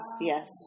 yes